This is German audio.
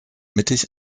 mittig